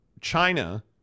China